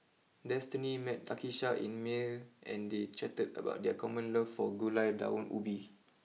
Destini met Takisha in Male and they chatted about their common love for Gulai Daun Ubi